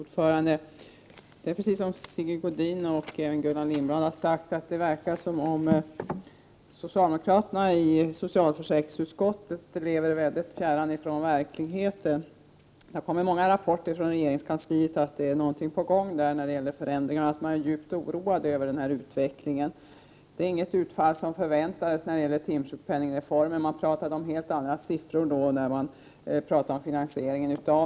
Fru talman! Precis som Sigge Godin och Gullan Lindblad har sagt, verkar det som om socialdemokraterna i socialförsäkringsutskottet lever fjärran från verkligheten. Det har kommit många rapporter från regeringskansliet om att något är på gång där när det gäller förändringar och att man är djupt oroad över denna utveckling. Det är inget utfall som förväntades när det gäller timsjukpenningsreformen. Man pratade om helt andra siffror när man pratade om finansieringen.